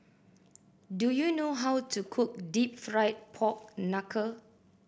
do you know how to cook Deep Fried Pork Knuckle